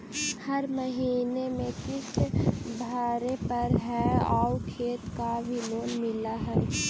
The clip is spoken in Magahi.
हर महीने में किस्त भरेपरहै आउ खेत पर भी लोन मिल है?